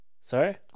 Sorry